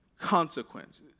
consequences